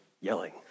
yelling